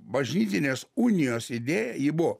bažnytinės unijos idėja ji buvo